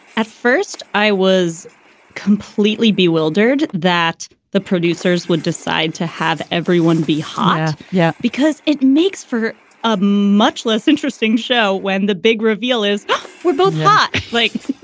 at first, i was completely bewildered that the producers would decide to have everyone be higher. yeah. because it makes for a much less interesting show when the big reveal is we're both not like.